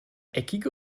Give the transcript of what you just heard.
eckige